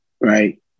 Right